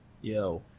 Yo